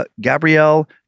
Gabrielle